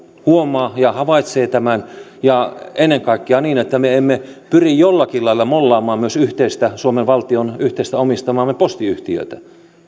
huomaa ja havaitsee tämän ja ennen kaikkea niin että me emme pyri jollakin lailla mollaamaan myös omistamaamme suomen valtion yhteistä postiyhtiötä